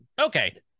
okay